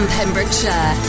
Pembrokeshire